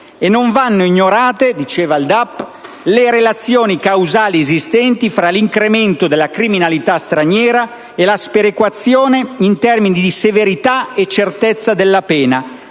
e non vanno ignorate le relazioni causali esistenti tra l'incremento della criminalità straniera e la sperequazione in termini di severità e certezza della pena,